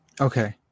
Okay